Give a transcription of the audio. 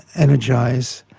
energise,